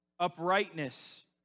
uprightness